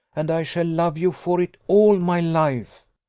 and i shall love you for it all my life.